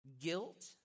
guilt